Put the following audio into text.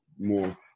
more